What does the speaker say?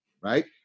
right